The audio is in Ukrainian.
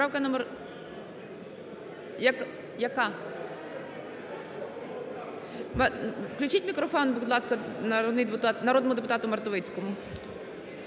Поправка номер… Яка? Включіть мікрофон, будь ласка, народному депутату Мартовицькому.